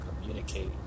communicate